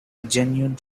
genuine